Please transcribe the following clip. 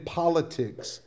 politics